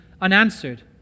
unanswered